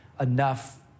enough